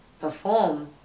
Perform